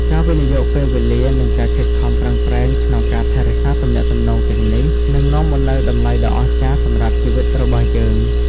ការវិនិយោគពេលវេលា និងការខិតខំប្រឹងប្រែងក្នុងការថែរក្សាទំនាក់ទំនងទាំងនេះ នឹងនាំមកនូវតម្លៃដ៏អស្ចារ្យសម្រាប់ជីវិតរបស់យើង។